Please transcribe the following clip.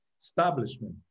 establishment